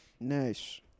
Nice